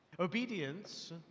obedience